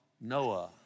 Noah